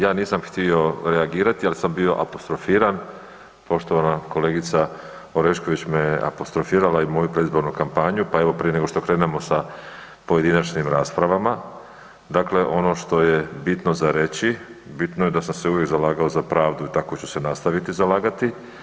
Ja nisam htio reagirati, ali sam bio apostrofiran, poštovana kolegica Orešković me apostrofirala i moju predizbornu kampanju, pa evo prije nego što krenemo sa pojedinačnim raspravama, dakle ono što je bitno za reći, bitno je da sam se uvijek zalagao za pravdu i tako ću se nastaviti zalagati.